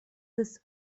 this